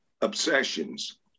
obsessions